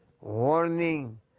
Warning